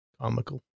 comical